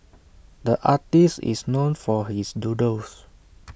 the artist is known for his doodles